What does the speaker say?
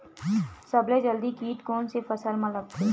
सबले जल्दी कीट कोन से फसल मा लगथे?